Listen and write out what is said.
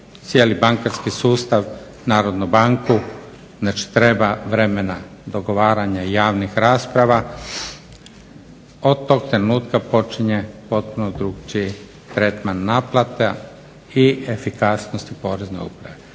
cijeli bankarski sustav, Narodnu banku, znači treba vremena, dogovaranja i javnih rasprava. Od tog trenutka počinje potpuno drukčiji tretman naplata i efikasnosti Porezne uprave.